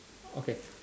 okay